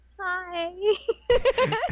Hi